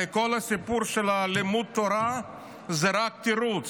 הרי כל הסיפור של לימוד התורה הוא רק תירוץ.